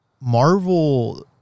Marvel